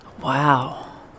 Wow